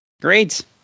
Great